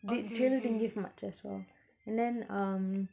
the trailer didn't give much as well and then um